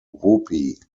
whoopee